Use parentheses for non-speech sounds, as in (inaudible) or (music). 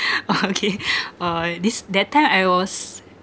(laughs) oh okay (laughs) uh this that time I was